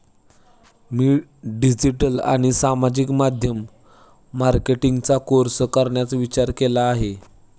मी digital आणि सामाजिक माध्यम मार्केटिंगचा कोर्स करण्याचा विचार केला आहे